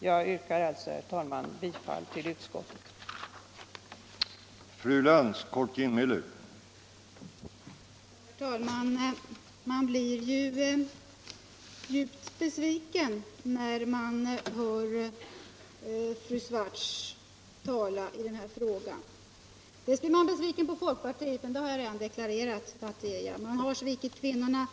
Jag yrkar alltså, herr talman, bifall till utskottets hemställan.